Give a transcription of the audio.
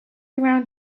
around